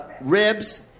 Ribs